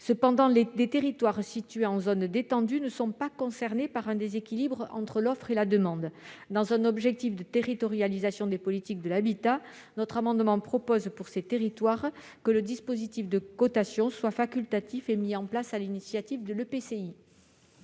Toutefois, les territoires situés en zone détendue ne sont pas concernés par un déséquilibre entre l'offre et la demande. Dans un objectif de territorialisation des politiques de l'habitat, nous proposons par cet amendement que dans ces territoires, ce dispositif de cotation soit facultatif et qu'il soit mis en place sur l'initiative de l'EPCI.